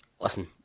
Listen